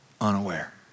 unaware